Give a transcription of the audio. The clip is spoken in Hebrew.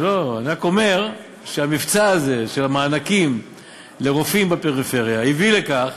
אני רק אומר שהמבצע הזה של המענקים לרופאים בפריפריה הביא לכך